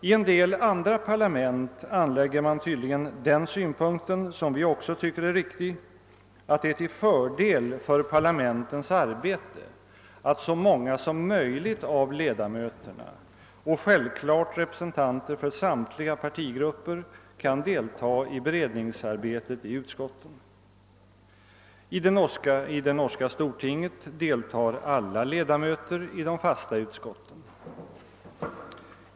När det gäller andra parlament anlägger man tydligen ofta den synpunkten, som vi också tycker är riktig, att det är till fördel för parlamentens arbete att så många som möjligt av ledamöterna och självklart representanter för samtliga partigrupper kan medverka i beredningsarbetet i utskotten. I det norska stortinget deltar alla ledamöter i de fasta utskotten.